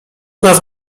nas